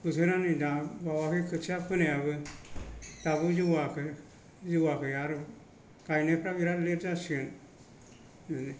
बोथोरा नै दा बावाखै खोथिया फोनायाबो दाबो जौवाखै आरो गायनायफ्रा बिराद लेट जासिगोन